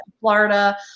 Florida